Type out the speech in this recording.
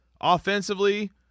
offensively